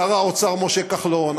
שר האוצר משה כחלון,